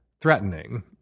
threatening